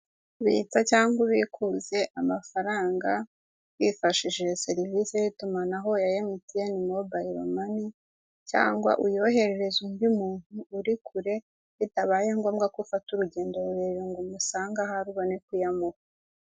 Bitsa cyangwa ubikuze amafaranga wifashishije serivise y'itumanaho ya Emutiyeni mobayiro mani, cyangwa uyoherereze undi muntu uri kure, bitabaye ngombwa ko ufata urugendo rurerure ngo umusange aho ari ubone kuyamuha.